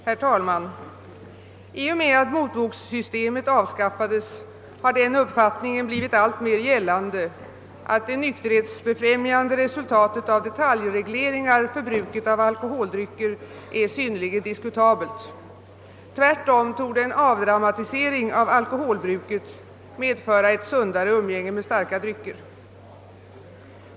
Herr talman! Sedan motbokssystemet avskaffades har den uppfattningen gjort sig alltmer gällande, att det nykterhetsfrämjande resultatet av detaljregleringar för bruket av alkoholdrycker är synnerligen diskutabelt. Tvärtom torde en avdramatisering av alkoholbruket medföra ett sundare umgänge med starka drycker.